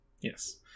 Yes